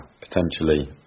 potentially